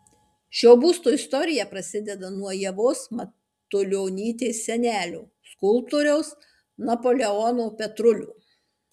šio būsto istorija prasideda nuo ievos matulionytės senelio skulptoriaus napoleono petrulio